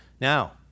Now